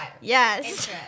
yes